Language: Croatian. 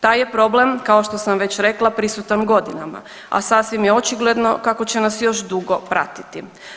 Taj je problem kao što sam već rekla prisutan godinama, a sasvim je očigledno kako će nas još dugo pratiti.